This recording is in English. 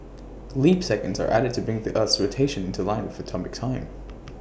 leap seconds are added to bring the Earth's rotation into line with atomic time